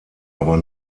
aber